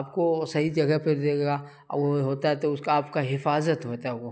آپ کو صحیح جگہ پہ دے گا اور وہ ہوتا ہے تو اس کا آپ کا حفاظت ہوتا ہے وہ